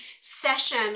session